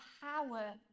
power